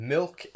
Milk